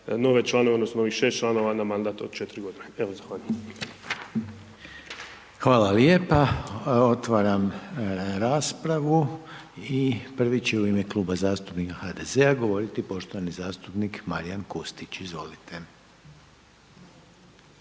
nove članove odnosno 6 članova na mandat od 4 godine. Evo zahvaljujem. **Reiner, Željko (HDZ)** Hvala lijepa. Otvaram raspravu i prvi će u ime Kluba zastupnika HDZ-a govoriti poštovani zastupnik Marijan Kustić, izvolite.